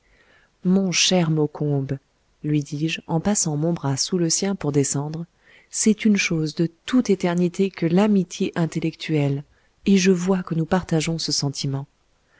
mon cher maucombe lui dis-je en passant mon bras sous le sien pour descendre c'est une chose de toute éternité que l'amitié intellectuelle et je vois que nous partageons ce sentiment